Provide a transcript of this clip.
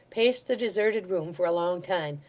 paced the deserted room for a long time,